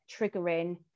triggering